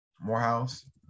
Morehouse